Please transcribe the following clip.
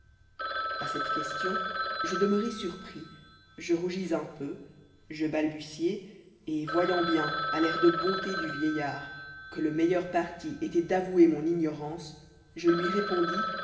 a cette question je demeurai surpris je rougis un peu je balbutiai et voyant bien à l'air de bonté du vieillard que le ineilleur parti étoit d'avouer mon ignorance je lui répondis